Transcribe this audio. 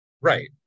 Right